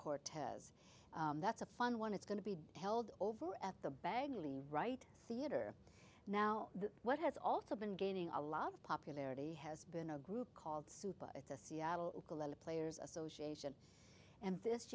cortez that's a fun one it's going to be dealt over at the bagley right theater now what has also been gaining a lot of popularity has been a group called super it's a seattle players association and this